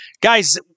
Guys